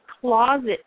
closet